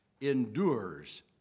endures